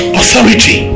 authority